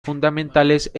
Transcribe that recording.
fundamentales